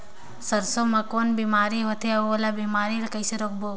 सरसो मा कौन बीमारी होथे अउ ओला बीमारी ला कइसे रोकबो?